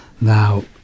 Now